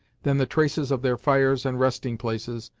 than the traces of their fires and resting places,